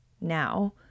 now